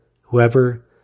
Whoever